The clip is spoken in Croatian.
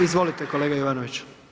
Izvolite kolega Jovanović.